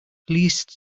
least